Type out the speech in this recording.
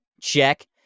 Check